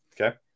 okay